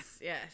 yes